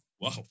Wow